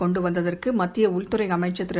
கொண்டுவந்ததற்குமத்தியஉள்துறைஅமைச்சர் திரு